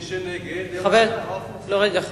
מי שנגד, רגע.